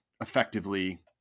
effectively